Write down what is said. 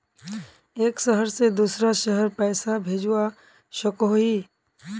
एक शहर से दूसरा शहर पैसा भेजवा सकोहो ही?